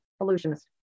Illusionist